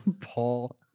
Paul